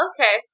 Okay